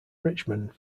richmond